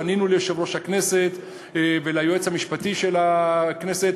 פנינו ליושב-ראש הכנסת וליועץ המשפטי של הכנסת